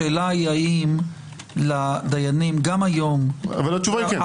השאלה היא האם לדיינים גם היום --- אבל התשובה היא כן.